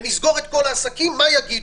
נסגור את כל העסקים כי מה יגידו.